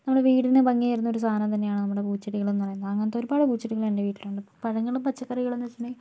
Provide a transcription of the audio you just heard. നമ്മുടെ വീടിന് ഭംഗി തരുന്ന ഒരു സാധനം തന്നെയാണ് നമ്മുടെ പൂച്ചെടികൾ എന്ന് പറയുന്നത് അങ്ങനത്തെ ഒരുപാട് പൂച്ചെടികൾ എൻറെ വീട്ടിലുണ്ട് പഴങ്ങളും പച്ചക്കറികളും വെച്ചിട്ടുണ്ടെങ്കിൽ